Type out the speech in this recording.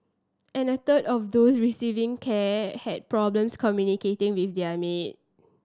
and a third of those receiving care had problems communicating with their maid